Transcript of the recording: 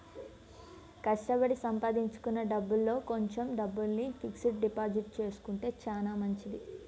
కష్టపడి సంపాదించుకున్న డబ్బుల్లో కొంచెం డబ్బుల్ని ఫిక్స్డ్ డిపాజిట్ చేసుకుంటే చానా మంచిది